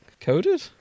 Coded